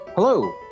Hello